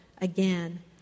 again